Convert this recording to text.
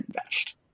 invest